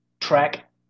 track